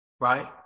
right